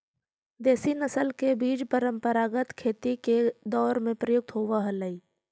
देशी नस्ल के बीज परम्परागत खेती के दौर में प्रयुक्त होवऽ हलई